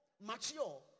mature